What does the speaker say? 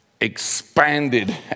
expanded